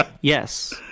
Yes